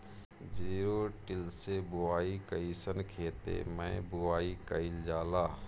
Zero till से बुआई कयिसन खेते मै बुआई कयिल जाला?